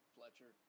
Fletcher